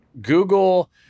google